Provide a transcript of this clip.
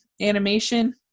animation